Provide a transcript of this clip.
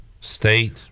state